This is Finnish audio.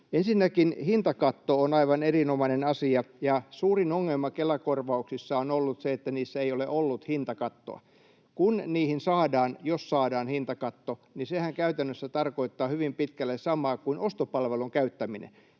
Ensinnäkin hintakatto on aivan erinomainen asia, ja suurin ongelma Kela-korvauksissa on ollut se, että niissä ei ole ollut hintakattoa. Kun niihin saadaan — jos saadaan — hintakatto, niin sehän käytännössä tarkoittaa hyvin pitkälle samaa kuin ostopalvelun käyttäminen.